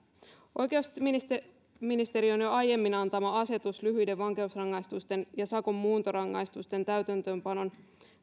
oikeusministeriön jo aiemmin antama asetus lyhyiden vankeusrangaistusten ja sakon muuntorangaistusten täytäntöönpanon